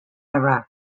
iraq